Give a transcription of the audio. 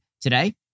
today